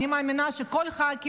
אני מאמינה שכל חברי הכנסת,